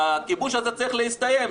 והכיבוש הזה צריך להסתיים.